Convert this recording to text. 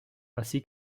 ainsi